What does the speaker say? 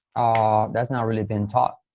ah that's not really been taught.